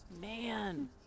man